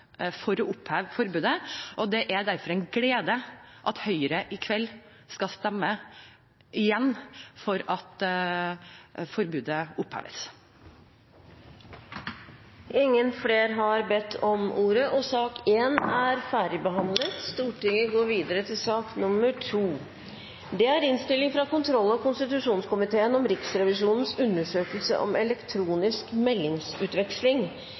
for å oppheve forbudet. Det er derfor en glede at Høyre i kveld igjen skal stemme for at forbudet oppheves. Flere har ikke bedt om ordet til sak nr. 1. Hensikten med denne forvaltningsrevisjonsrapporten er å sammenligne Stortingets uttalte mål om full overgang til elektronisk